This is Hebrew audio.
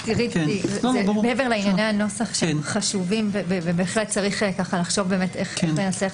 מעבר לענייני הנוסח שהם חשובים וצריך לחשוב איך לנסח